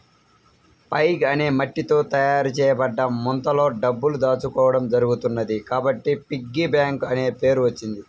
pig అనే మట్టితో తయారు చేయబడ్డ ముంతలో డబ్బులు దాచుకోవడం జరుగుతున్నది కాబట్టి పిగ్గీ బ్యాంక్ అనే పేరు వచ్చింది